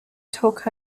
took